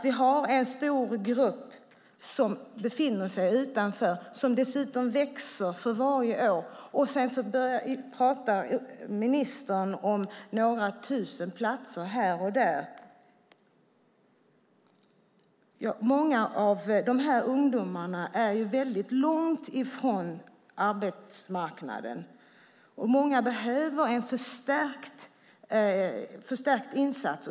Vi har en stor grupp som befinner sig utanför och som dessutom växer för varje år. Sedan pratar ministern om några tusen platser här och där. Många av de här ungdomarna är väldigt långt ifrån arbetsmarknaden. Många behöver en förstärkt insats.